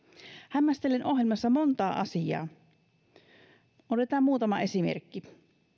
hämmästelen ohjelmassa montaa asiaa otetaan muutama esimerkki